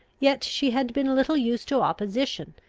yet she had been little used to opposition,